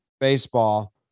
baseball